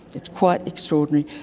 it's quite extraordinary.